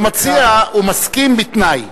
הוא מסכים, בתנאי.